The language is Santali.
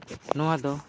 ᱱᱚᱣᱟᱫᱚ